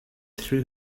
threw